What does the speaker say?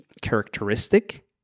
characteristic